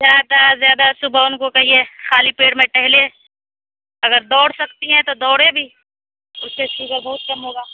زیادہ تر زیادہ صُبح اُن کو کہیے خالی پیٹ میں ٹہلے اگر دوڑ سکتی ہیں تو دوڑے بھی اُس سے شوگر بہت کم ہوگا